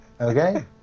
Okay